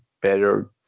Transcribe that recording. better